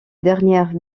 dernières